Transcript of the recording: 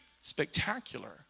spectacular